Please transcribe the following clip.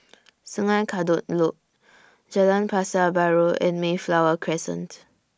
Sungei Kadut Loop Jalan Pasar Baru and Mayflower Crescent